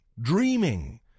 dreaming